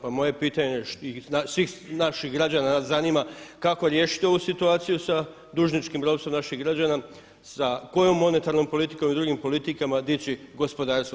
Pa moje je pitanje i svih naših građana, nas zanima kako riješiti ovu situaciju sa dužničkim ropstvom naših građana, sa kojom monetarnom politikom i drugim politikama dići gospodarstvo.